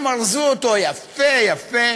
הם ארזו אותו יפה-יפה